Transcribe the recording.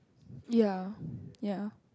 ya ya